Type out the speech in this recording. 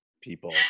people